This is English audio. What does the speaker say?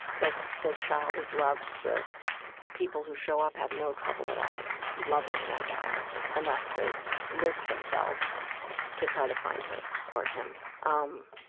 that the child is loved. the people who show up have no trouble at all loving that child enough to risk themselves to try to find her or him. um